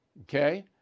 okay